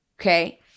okay